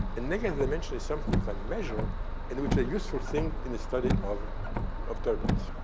and negative dimension is something you can measure and which is a useful thing in the study of of turbulence.